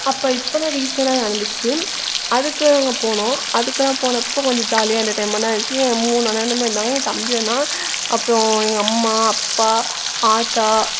அப்போ இப்போதான் ரீசன்டாக நடந்துச்சி அதுக்கு அங்கே போனோம் அதுக்காக போனப்போ கொஞ்சம் ஜாலியாக என்டெர்டெயின்மெண்டாக இருந்துச்சி ஏன் மூணு அண்ணனும் இருந்தாங்க என் தம்பி வந்தான் அப்புறோம் எங்கள் அம்மா அப்பா ஆத்தா